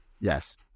Yes